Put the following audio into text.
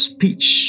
Speech